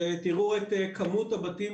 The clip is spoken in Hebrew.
תראו את כמות הבתים